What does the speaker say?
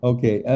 Okay